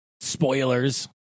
Spoilers